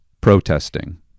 protesting